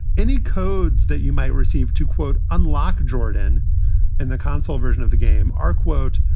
any codes that you might receive to, quote, unlock jordan in the console version of the game are, quote,